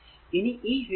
ഇനി ഈ ഫിഗർ 2